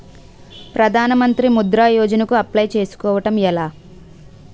ప్రధాన మంత్రి ముద్రా యోజన కు అప్లయ్ చేసుకోవటం ఎలా?